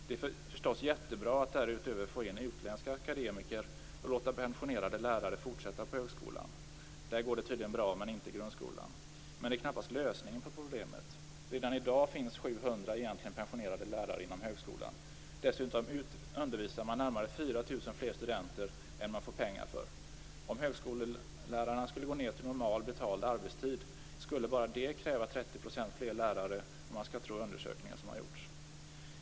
Det är förstås jättebra att därutöver få in utländska akademiker och låta pensionerade lärare fortsätta på högskolan - där går det tydligen bra men inte i grundskolan - men det är knappast lösningen på problemet. Redan i dag finns Dessutom undervisar man närmare 4 000 fler studenter än man får pengar för. Om högskolelärarna skulle gå ned till normal betald arbetstid skulle bara det kräva 30 % fler lärare, om man skall tro undersökningar som har gjorts.